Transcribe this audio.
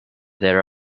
there